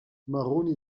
maroni